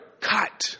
cut